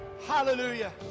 Hallelujah